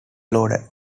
loader